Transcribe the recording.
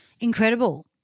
Incredible